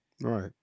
Right